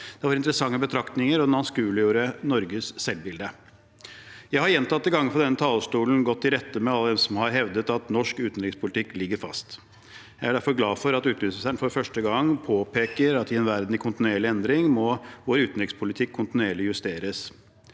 Det var interessante betraktninger, og han anskueliggjorde Norges selvbilde. Jeg har gjentatte ganger fra denne talerstolen gått i rette med alle dem som har hevdet at norsk utenrikspolitikk ligger fast. Jeg er derfor glad for at utenriksministeren for første gang påpeker at i en verden i kontinuerlig endring må vår utenrikspolitikk kontinuerlig justeres.